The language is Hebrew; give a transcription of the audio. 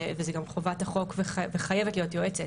וזה גם חובת החוק וחייבת להיות יועצת,